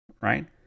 right